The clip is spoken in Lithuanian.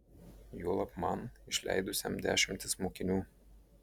juolab man išleidusiam dešimtis mokinių